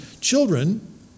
children